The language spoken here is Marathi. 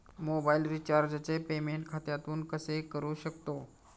मोबाइल रिचार्जचे पेमेंट खात्यातून कसे करू शकतो?